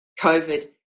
COVID